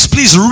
Please